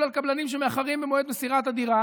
על קבלנים שמאחרים במועד מסירת הדירה,